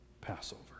Passover